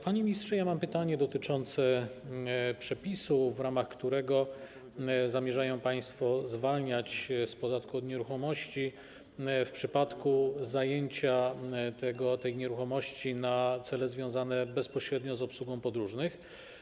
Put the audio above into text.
Panie ministrze, mam pytanie dotyczące przepisu, na podstawie którego zamierzają państwo zwalniać z podatku od nieruchomości w przypadku zajęcia tej nieruchomości na cele związane bezpośrednio z obsługą podróżnych.